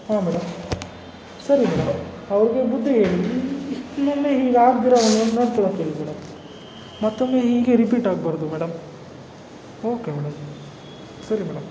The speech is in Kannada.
ಹಾಂ ಮೇಡಮ್ ಸರಿ ಮೇಡಮ್ ಅವ್ರಿಗೆ ಬುದ್ದಿ ಹೇಳಿ ಇನ್ನು ಇನ್ನು ಮೇಲೆ ಹೀಗೆ ಆಗದಿರೊ ಹಾಗೆ ನೋಡ್ಕೊಳೋಕ್ ಹೇಳಕ್ಕೆ ಹೇಳಿ ಮೇಡಮ್ ಮತ್ತೊಮ್ಮೆ ಹೀಗೆ ರಿಪೀಟ್ ಆಗಬಾರ್ದು ಮೇಡಮ್ ಓಕೆ ಮೇಡಮ್ ಸರಿ ಮೇಡಮ್